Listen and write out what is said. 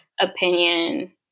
opinion